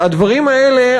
והדברים האלה,